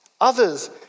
Others